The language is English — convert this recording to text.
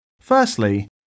Firstly